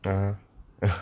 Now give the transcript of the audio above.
(uh huh)